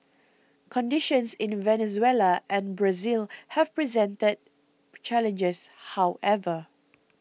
conditions in Venezuela and Brazil have presented challenges however